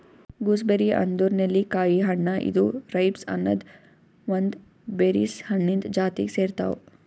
gooseberry ಅಂದುರ್ ನೆಲ್ಲಿಕಾಯಿ ಹಣ್ಣ ಇದು ರೈಬ್ಸ್ ಅನದ್ ಒಂದ್ ಬೆರೀಸ್ ಹಣ್ಣಿಂದ್ ಜಾತಿಗ್ ಸೇರ್ತಾವ್